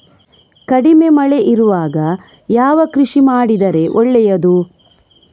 ಕಡಿಮೆ ಮಳೆ ಇರುವಾಗ ಯಾವ ಕೃಷಿ ಮಾಡಿದರೆ ಒಳ್ಳೆಯದು?